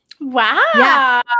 Wow